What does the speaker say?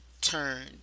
turned